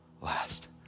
last